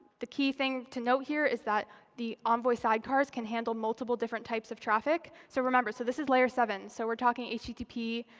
the key thing to note here is that the envoy um voice side cars can handle multiple different types of traffic. so remember, so this is layer seven, so we're talking http,